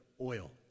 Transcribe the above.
oil